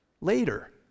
later